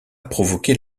provoquer